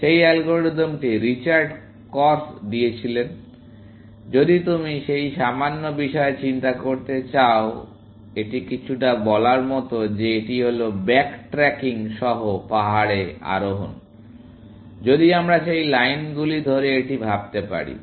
সেই অ্যালগরিদমটি Richard Karp দিয়েছিলেন যদি তুমি সেই সামান্য বিষয়ে চিন্তা করতে চাও মূলত এটি কিছুটা বলার মতো যে এটি হল ব্যাক ট্র্যাকিং সহ পাহাড়ে আরোহণ যদি আমরা সেই লাইনগুলি ধরে এটি ভাবতে পারি